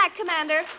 Commander